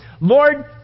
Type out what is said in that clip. Lord